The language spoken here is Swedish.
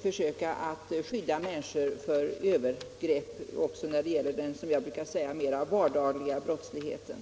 försöka skydda människor för övergrepp också när det gäller den som jag brukar säga mera vardagliga brottsligheten.